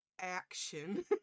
action